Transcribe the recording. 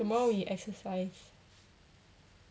tomorrow we exercise